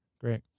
Great